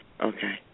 Okay